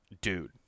Dude